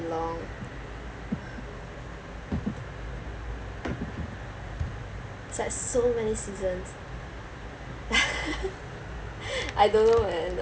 long it's like so many seasons I don't know man